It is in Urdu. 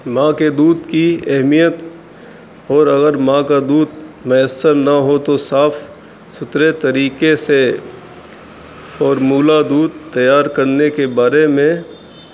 ماں کے دودھ کی اہمیت اور اگر ماں کا دودھ میسر نہ ہو تو صاف ستھرے طریقے سے اور مولا دودھ تیار کرنے کے بارے میں